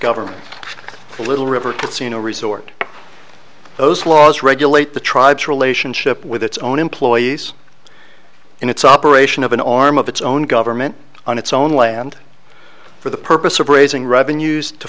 government little river it's you know resort those laws regulate the tribes relationship with its own employees in its operation of an arm of its own government on its own land for the purpose of raising revenues to